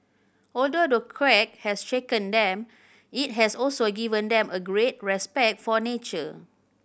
although the quake has shaken them it has also given them a greater respect for nature